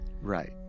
Right